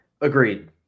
Agreed